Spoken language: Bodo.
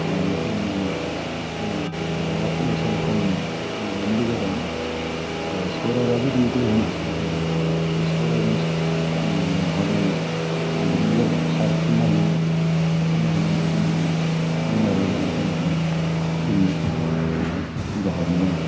गेलेनायखौ नुनानै जोङो माब्लाबा सोलाय सोल' खालामोमोन गेलेनायनि गेजेरावनो बे स्क'रारआ जुदि ग'ल होनो हाथारखैब्ला बे स्क'रारनिखौ आङो लिंहरनानै आं बिनि जायगायाव खारसोमना होयोमोन खारसोमना हैनानै बिदिनो जोङो विनारबो जाना फैनो हानाय जोङो जोंहा उदाहरन दङ